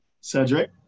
cedric